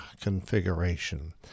configuration